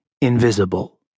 invisible